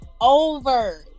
over